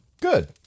good